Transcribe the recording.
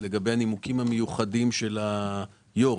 לגבי הנימוקים המיוחדים של היו"ר,